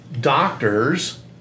Doctors